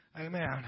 Amen